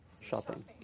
shopping